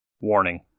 Warning